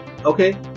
Okay